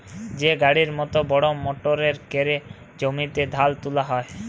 যে গাড়ির মত বড় মটরে ক্যরে জমিতে ধাল তুলা হ্যয়